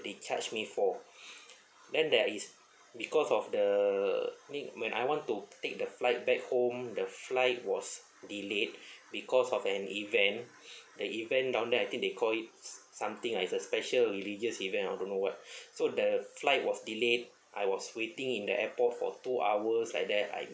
they charge me for then there is because of the I mean when I want to take the flight back home the flight was delayed because of an event the event down there I think they call it something like a special religious event I don't know what so the flight was delayed I was waiting in the airport for two hours like that I